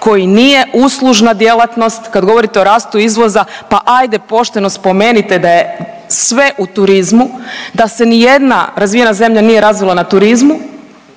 koji nije uslužna djelatnost kad govorite o rastu izvoza, pa hajde pošteno spomenite da je sve u turizmu. Da se ni jedna razvijena zemlja nije razvila na turizmu.